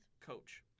Coach